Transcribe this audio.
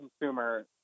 consumer